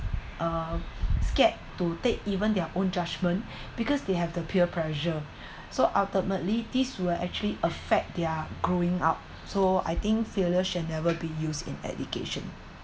uh scared to take even their own judgment because they have the peer pressure so ultimately these will actually affect their growing up so I think failure shall never be used in education